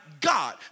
God